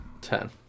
Ten